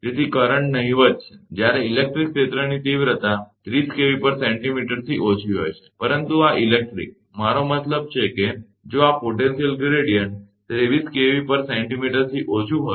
તેથી કરંટ નહિવત્ છે જ્યારે ઇલેક્ટ્રિક ક્ષેત્રની તીવ્રતા 30 kVcm થી ઓછી હોય છે પરંતુ આ ઇલેક્ટ્રિક મારો મતલબ કે જો આ પોટેન્શિયલ ગ્રેડીયંટ 30 kVcm થી ઓછું હોય